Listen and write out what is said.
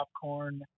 popcorn